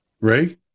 Ray